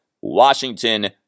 Washington